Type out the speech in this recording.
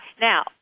now